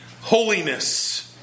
Holiness